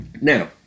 Now